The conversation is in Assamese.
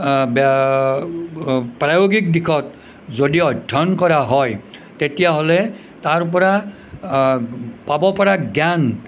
প্ৰায়োগিক দিশত যদি অধ্য়য়ন কৰা হয় তেতিয়াহ'লে তাৰপৰা পাব পৰা জ্ঞান